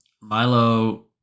Milo